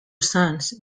sons